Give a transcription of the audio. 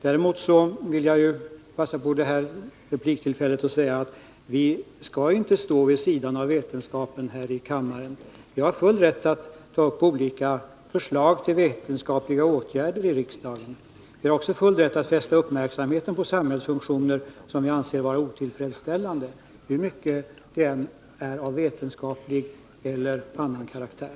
Jag vill också begagna detta repliktillfälle till att säga, att vi här i kammaren inte skall stå vid sidan av vetenskapen. Jag har full rätt att i riksdagen ta upp förslag till olika vetenskapliga åtgärder. Jag har också full rätt att fästa uppmärksamheten på sådant som jag uppfattar som brister i olika samhällsfunktioner, oavsett om dessa funktioner har vetenskaplig eller allmän karaktär.